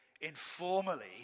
informally